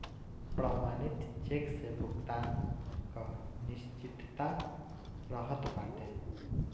प्रमाणित चेक से भुगतान कअ निश्चितता रहत बाटे